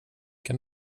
kan